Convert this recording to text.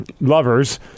lovers